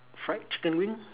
fried chicken wings